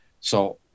So-